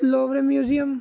louvre museum